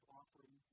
offering